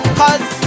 cause